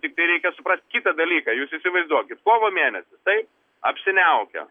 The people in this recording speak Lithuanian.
tiktai reikia suprast kitą dalyką jūs įsivaizduokit kovo mėnesis taip apsiniaukę